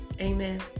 Amen